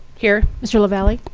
here. mr. lavalley.